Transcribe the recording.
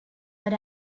but